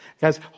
Guys